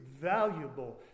valuable